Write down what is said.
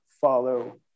follow